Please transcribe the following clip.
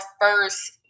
first